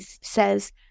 says